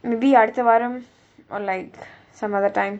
maybe அடுத்த வாரம்:adutha vaaram or like some other time